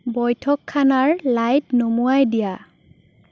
বৈঠকখানাৰ light নুমুৱাই দিয়া